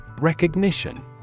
Recognition